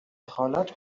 دخالت